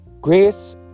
grace